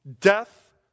death